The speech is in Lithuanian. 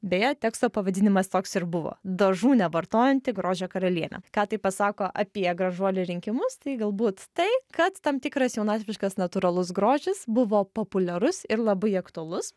beje teksto pavadinimas toks ir buvo dažų nevartojanti grožio karalienė ką tai pasako apie gražuolių rinkimus tai galbūt tai kad tam tikras jaunatviškas natūralus grožis buvo populiarus ir labai aktualus